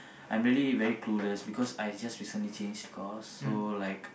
I'm really very clueless because I just recently changed course so like